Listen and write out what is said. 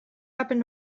happen